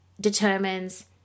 determines